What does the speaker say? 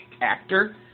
actor